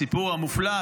את הסיפור המופלא,